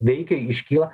veikia iškyla